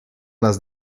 las